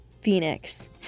Phoenix